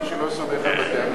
מי שלא סומך על בתי-המשפט,